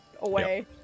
away